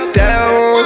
down